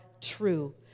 true